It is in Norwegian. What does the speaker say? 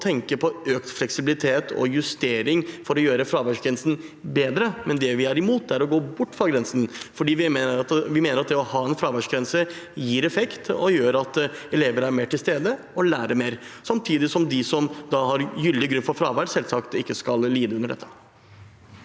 tenke på økt fleksibilitet og justering for å gjøre fraværsgrensen bedre. Det vi er imot, er å gå bort fra grensen. Vi mener at det å ha en fraværsgrense gir effekt, og det gjør at elevene er mer til stede og lærer mer, samtidig som de som har en gyldig grunn for fravær, selvsagt ikke skal lide under dette.